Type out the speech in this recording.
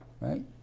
Right